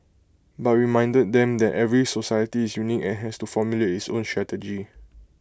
but we reminded them that every society is unique and has to formulate its own strategy